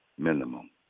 Minimum